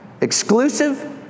Exclusive